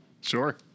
Sure